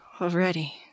already